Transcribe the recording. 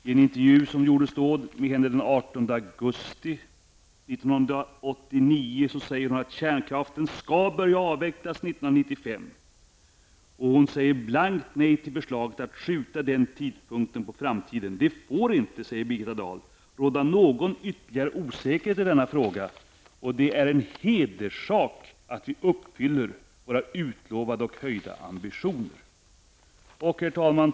I en intervju i Dagens Nyheter den 18 augusti 1989 säger hon att kärnkraften skall börja avvecklas 1995. Hon säger blankt nej till förslaget att skjuta den tidpunkten på framtiden. ''Det får inte'', säger Birgitta Dahl, ''råda någon ytterligare osäkerhet i denna fråga, och det är en hederssak att vi uppfyller våra utlovade och höjda ambitioner.'' Herr talman!